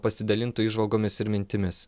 pasidalintų įžvalgomis ir mintimis